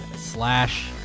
slash